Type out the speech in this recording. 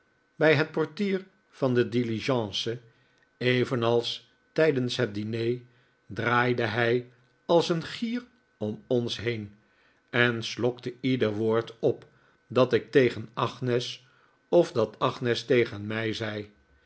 bij het portier van de diligence evenals tijdens het diner draaide hij als een gier om ons heen en slokte ieder woord op dat ik tegen agnes of dat agnes tegen mij zei